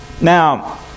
Now